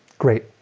great!